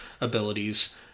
abilities